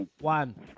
one